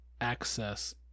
access